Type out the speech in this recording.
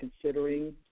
considering